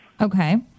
Okay